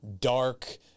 dark